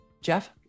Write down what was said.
Jeff